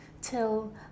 till